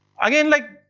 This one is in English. again like,